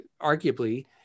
arguably